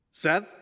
Seth